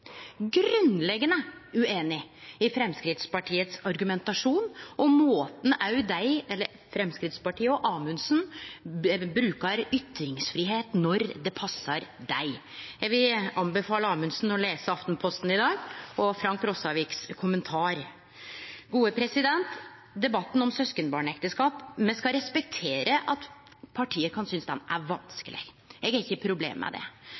i Framstegspartiets argumentasjon og måten Framstegspartiet og Amundsen brukar ytringsfridom på når det passar dei. Eg vil anbefale Amundsen å lese Aftenposten i dag og Frank Rossaviks kommentar. Når det gjeld debatten om søskenbarnekteskap, skal me respektere at partia kan synest det er vanskeleg. Eg har ikkje problem med det.